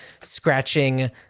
scratching